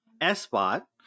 S-BOT